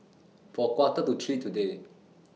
For A Quarter to three today